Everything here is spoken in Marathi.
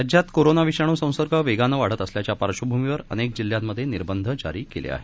राज्यात कोरोना विषाणू संसर्ग वेगानं वाढत असल्याच्या पार्श्वभूमीवर अनेक जिल्ह्यांमध्ये निर्बंध जारी केले आहेत